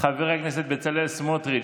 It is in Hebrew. חבר הכנסת בצלאל סמוטריץ'